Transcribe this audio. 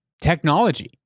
technology